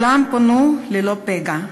וכולם פונו ללא פגע.